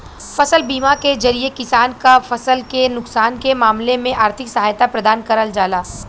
फसल बीमा के जरिये किसान क फसल के नुकसान के मामले में आर्थिक सहायता प्रदान करल जाला